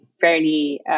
fairly